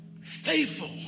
Faithful